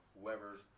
whoever's